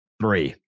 Three